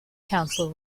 council